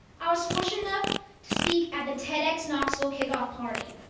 i was fortunate enough to speak at the tedxknoxville kickoff party.